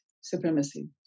supremacy